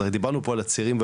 דיברנו פה על צעירים,